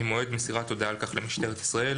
ממועד מסירת הודעה על כך למשטרת ישראל,